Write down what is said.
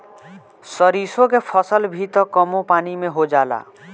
सरिसो के फसल भी त कमो पानी में हो जाला